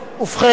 ובכן,